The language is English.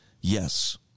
yes